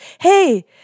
hey